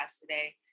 today